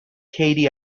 katie